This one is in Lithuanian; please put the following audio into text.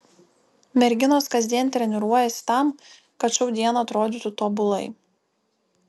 merginos kasdien treniruojasi tam kad šou dieną atrodytų tobulai